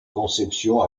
conception